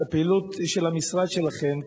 את הפעילות של המשרד שלכם,